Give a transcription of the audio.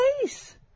place